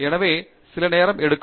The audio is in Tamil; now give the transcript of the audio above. எனவே சில நேரம் எடுக்கும்